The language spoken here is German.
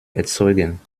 erzeugen